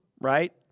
right